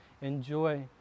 enjoy